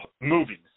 movies